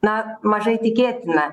na mažai tikėtina